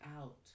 out